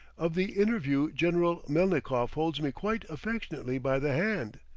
of the interview general melnikoff holds me quite affectionately by the hand.